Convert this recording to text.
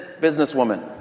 businesswoman